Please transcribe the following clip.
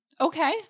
okay